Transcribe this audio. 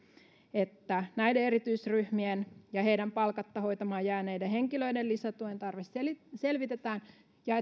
että näiden erityisryhmien ja heitän palkatta hoitamaan jääneiden henkilöiden lisätuen tarve selvitetään selvitetään ja